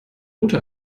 route